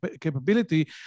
capability